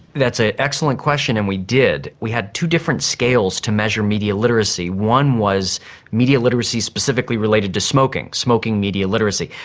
that's an ah excellent question and we did. we had two different scales to measure media literacy. one was media literacy specifically related to smoking, smoking media literacy.